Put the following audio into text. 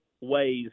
ways